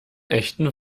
echten